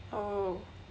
oh